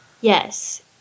Yes